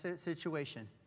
situation